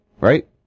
Right